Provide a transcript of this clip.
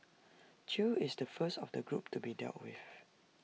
chew is the first of the group to be dealt with